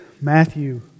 Matthew